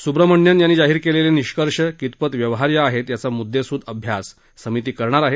सुब्रमण्यन यांनी जाहीर केलेले निष्कर्ष कितपत व्यवहार्य आहेत याचा मुद्देसुद अभ्यास समिती करणार आहे